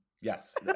Yes